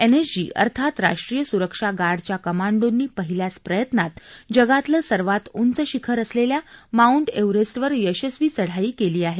NSG अर्थात राष्ट्रीय सुरक्षा गार्डच्या कमांडोनी पहिल्याच प्रयत्नात जगातलं सर्वात उंच शिखर असलेल्या माउंट एव्हरेस्टवर यशस्वी चढाई केली आहे